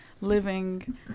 living